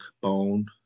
bone